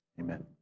amen